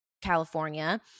California